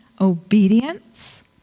Obedience